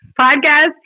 podcast